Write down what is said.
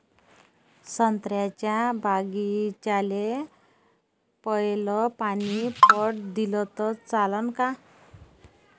संत्र्याच्या बागीचाले पयलं पानी पट दिलं त चालन का?